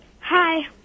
Hi